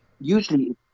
Usually